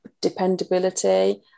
dependability